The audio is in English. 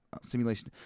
simulation